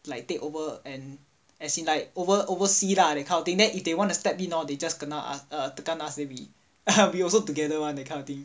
like take over and as in like over oversee lah that kind of thing then if they want to stab me hor they just kena uh tekan us then we we also together one that kind of thing